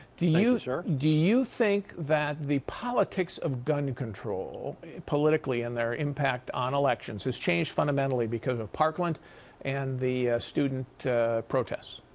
you, sir. do you think that the politics of gun control politically and their impact on elections has changed fundamentally because of parkland and the student protest